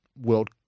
World